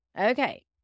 Okay